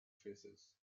faces